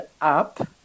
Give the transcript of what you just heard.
up